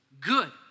good